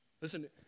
Listen